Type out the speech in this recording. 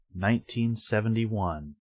1971